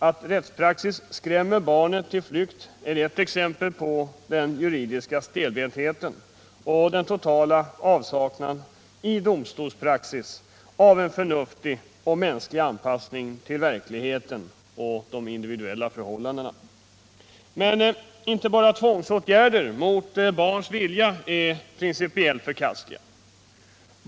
Att rättspraxis Nr 43 skrämmer barnet till flykt är ett exempel på den juridiska stelbentheten Torsdagen den och den totala avsaknaden i domstolspraxis av en förnuftig och mänsklig 8 december 1977 anpassning till verkligheten och de individuella förhållandena. Men inte I bara tvångsåtgärder mot barns vilja är principiellt förkastliga.